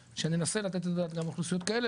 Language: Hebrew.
שננסה לתת את הדעת גם לאוכלוסיות כאלה,